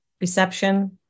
reception